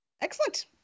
Excellent